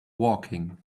walking